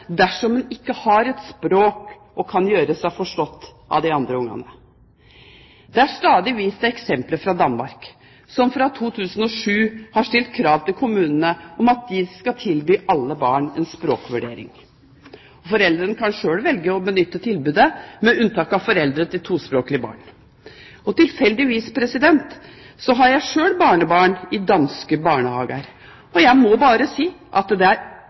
dersom man ikke har språk og kan gjøre seg forstått av de andre barna. Det er stadig vist til eksempler fra Danmark, som fra 2007 har stilt krav til kommunene om at de skal tilby alle barn en språkvurdering. Foreldrene kan sjøl velge om de vil benytte seg av tilbudet, med unntak av foreldre til tospråklige barn. Tilfeldigvis har jeg sjøl barnebarn i danske barnehager, og jeg må bare si at det